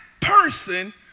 person